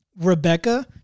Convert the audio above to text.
Rebecca